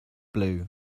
blue